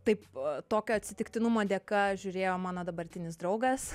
taip tokio atsitiktinumo dėka žiūrėjo mano dabartinis draugas